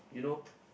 you know